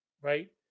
Right